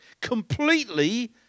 completely